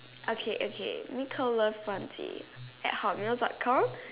okay okay little love one tea at hotmail dot com